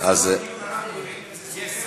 רק בסוף הדיון אנחנו יודעים אם זה סוכרת או סכרת.